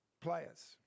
players